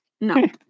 No